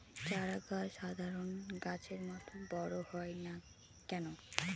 চারা গাছ সাধারণ গাছের মত বড় হয় না কেনো?